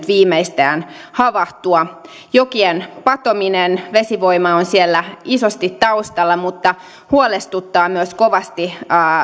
viimeistään nyt havahtua jokien patoaminen vesivoima on siellä isosti taustalla mutta huolestuttaa myös kovasti